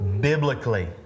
biblically